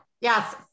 Yes